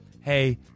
Hey